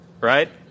right